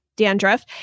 dandruff